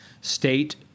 state